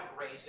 raise